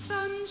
Sun